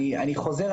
אני חוזר,